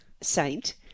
saint